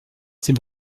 ses